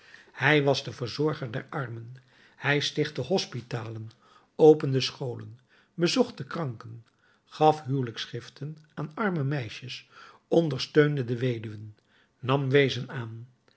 hij was de verzorger der armen hij stichtte hospitalen opende scholen bezocht de kranken gaf huwelijksgiften aan arme meisjes ondersteunde de weduwen nam weezen aan